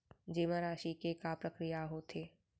जेमा राशि के का प्रक्रिया होथे?